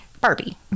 Barbie